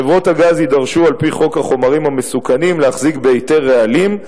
חברות הגז יידרשו על-פי חוק החומרים המסוכנים להחזיק בהיתר רעלים,